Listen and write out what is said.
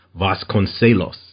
Vasconcelos